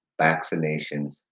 vaccinations